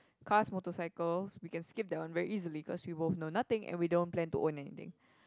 cars motorcycles we can skip that one very easily cause we both know nothing and we don't plan to own anything